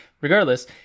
regardless